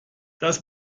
das